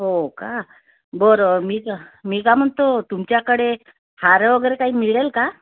हो का बरं मी का मी का म्हणतो तुमच्याकडे हार वगैरे काही मिळेल का